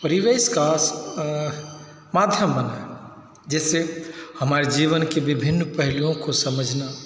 परिवेश का माध्यम बना है जैसे हमारे जीवन की विभिन्न पहलुओं को समझना